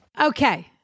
Okay